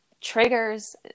Triggers